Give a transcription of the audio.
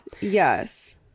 Yes